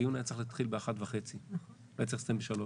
הדיון היה צריך להתחיל ב-13:30 והוא היה צריך להסתיים ב-15:00.